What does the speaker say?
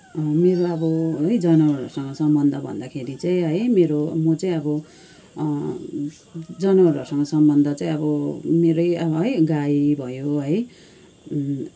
मेरो अब है जनावरहरूसँग सम्बन्ध भन्दाखेरि चाहिँ है मेरो म चाहिँ अब जनावरहरूसँग सम्बन्ध चाहिँ अब मेरै है गाई भयो